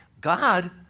God